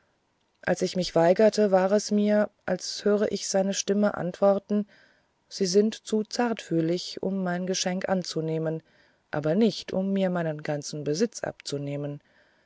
als ich mich weigerte war es mir als hörte ich seine stimme antworten sie sind zu zartfühlig um mein geschenk anzunehmen aber nicht um mir meinen ganzen besitz abzunehmen